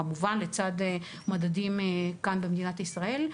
כמובן לצד מדדים כאן במדינת ישראל.